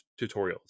tutorials